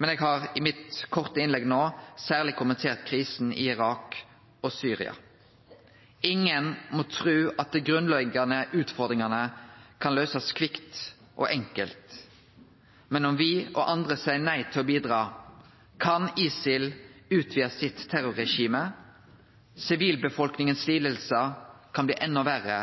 Men eg har i mitt korte innlegg nå særleg kommentert krisen i Irak og Syria. Ingen må tru at dei grunnleggjande utfordringane kan løysast kvikt og enkelt, men om me og andre seier nei til å bidra, kan ISIL utvide sitt terrorregime, sivilbefolkninga sine lidingar kan bli enda verre,